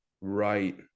Right